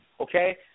Okay